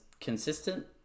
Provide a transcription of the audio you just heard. consistent